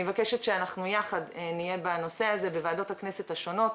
אני מבקשת שיחד נהיה בנושא הזה בוועדות הכנסת השונות.